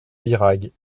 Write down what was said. birague